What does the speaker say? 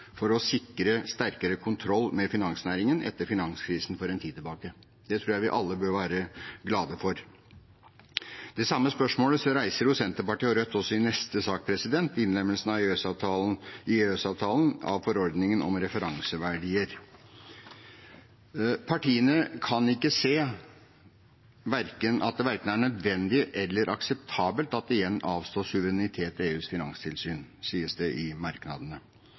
for å sikre en sterkere kontroll med finansnæringen etter finanskrisen for en tid tilbake. Det tror jeg vi alle bør være glade for. Det samme spørsmålet reiser Senterpartiet og Rødt også i neste sak, innlemmelse i EØS-avtalen av forordningen om referanseverdier. Partiene kan ikke se at det «hverken er nødvendig eller akseptabelt at det igjen avstås suverenitet til EUs finanstilsyn», sies det i merknadene.